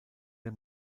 der